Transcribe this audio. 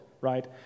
right